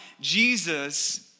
Jesus